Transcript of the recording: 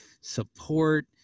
support